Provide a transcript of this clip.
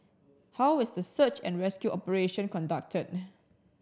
how is the search and rescue operation conducted